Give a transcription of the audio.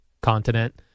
continent